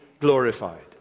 glorified